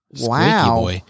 Wow